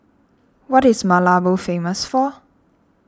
what is Malabo famous for